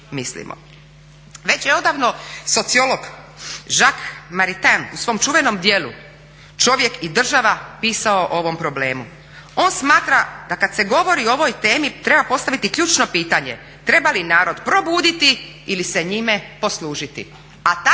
Već je odavno sociolog Jacques Maritain u svoj čuvanjem djelu Čovjek i država pisao o ovom problemu. On smatra da kad se govorio o ovoj temi treba postaviti ključno pitanje treba li narod probuditi ili se njima poslužiti?